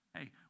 Hey